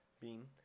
Bean